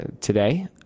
today